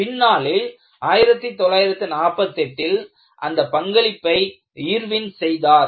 பின்னாளில் 1948 ல் அந்த பங்களிப்பை இர்வின் செய்தார்